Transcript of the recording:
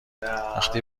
وقتی